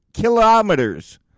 kilometers